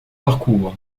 parcours